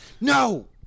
No